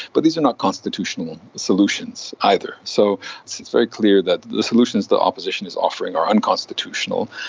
but these are not constitutional solutions either. so it's it's very clear that the solutions the opposition is offering are unconstitutional.